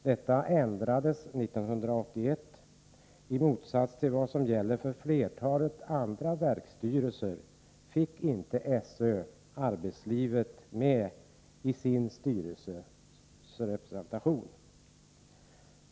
Detta ändrades 1981; i motsats till vad som gäller för flertalet andra verksstyrelser fick SÖ inte arbetslivet representerat i sin styrelse.